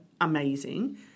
Amazing